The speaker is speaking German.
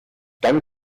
dann